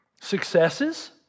successes